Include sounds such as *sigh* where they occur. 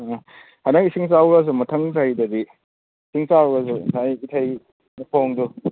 ꯑꯥ ꯍꯟꯗꯛ ꯏꯁꯤꯡ ꯆꯥꯎꯈ꯭ꯔꯁꯨ ꯃꯊꯪ ꯆꯍꯤꯗꯗꯤ ꯏꯁꯤꯡ ꯆꯥꯎꯈ꯭ꯔꯁꯨ *unintelligible* ꯏꯊꯩ ꯂꯧꯈꯣꯡꯗꯣ